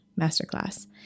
masterclass